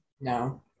No